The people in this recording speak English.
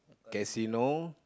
casino